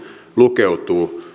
lukeutuu